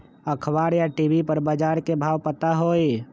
अखबार या टी.वी पर बजार के भाव पता होई?